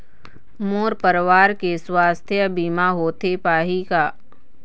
मोर परवार के सुवास्थ बीमा होथे पाही का?